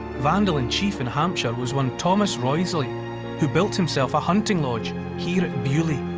vandal-in-chief in hampshire was one thomas wriothesley, who built himself a hunting lodge here at beaulieu.